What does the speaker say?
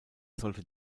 sollte